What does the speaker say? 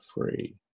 free